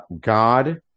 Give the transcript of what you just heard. God